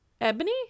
Ebony